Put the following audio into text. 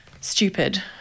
stupid